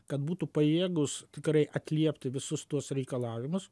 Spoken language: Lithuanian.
kad būtų pajėgūs tikrai atliepti visus tuos reikalavimus